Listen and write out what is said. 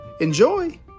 Enjoy